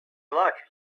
luck